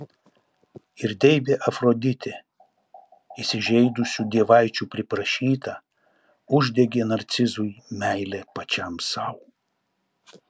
ir deivė afroditė įsižeidusių dievaičių priprašyta uždegė narcizui meilę pačiam sau